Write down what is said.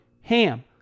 HAM